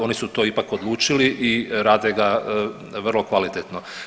Oni su to ipak odlučili i rade ga vrlo kvalitetno.